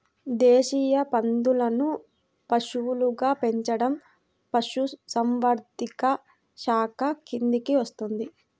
దేశీయ పందులను పశువులుగా పెంచడం పశుసంవర్ధక శాఖ కిందికి వస్తుంది